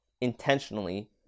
intentionally